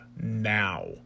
now